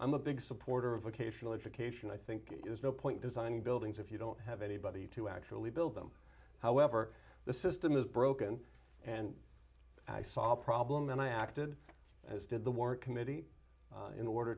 i'm a big supporter of occasional education i think there's no point designing buildings if you don't have anybody to actually build them however the system is broken and i saw a problem and i acted as did the work committee in order